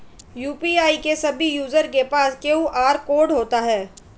UPI के सभी user के पास क्यू.आर कोड होता है